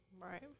Right